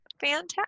fantastic